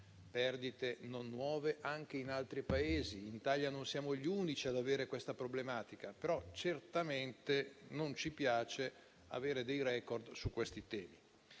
perdite non nuove anche in altri Paesi: in Italia non siamo gli unici ad avere questa problematica, ma certamente non ci piace avere dei *record* su temi